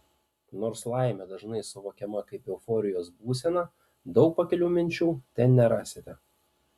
nors laimė dažnai suvokiama kaip euforijos būsena daug pakilių minčių ten nerasite